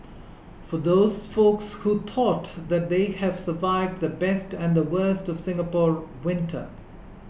for those folks who thought that they have survived the best and the worst of Singapore winter